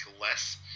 less